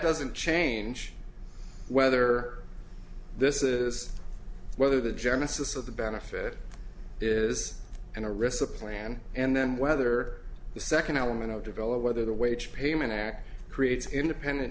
doesn't change whether this is whether the genesis of the benefit is in a risk the plan and then whether the second element of develop whether the wage payment act creates independent